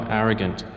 arrogant